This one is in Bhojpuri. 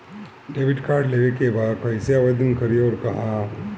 डेबिट कार्ड लेवे के बा कइसे आवेदन करी अउर कहाँ?